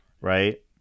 Right